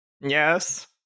Yes